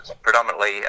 predominantly